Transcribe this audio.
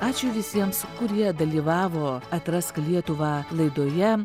ačiū visiems kurie dalyvavo atrask lietuvą laidoje